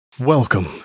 Welcome